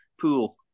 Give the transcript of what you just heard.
pool